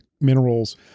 minerals